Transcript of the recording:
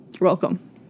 welcome